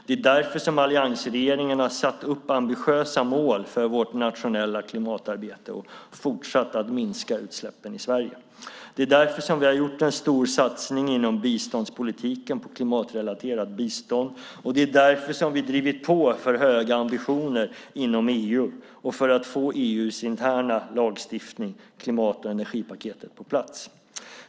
Det är därför som alliansregeringen har satt upp ambitiösa mål för vårt nationella klimatarbete och för att fortsatt minska utsläppen i Sverige. Det är därför som vi har gjort en stor satsning inom biståndspolitiken på klimatrelaterat bistånd, och det är därför som vi har drivit på för höga ambitioner inom EU och för att få EU:s interna lagstiftning, klimat och energipaketet, på plats.